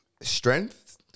strength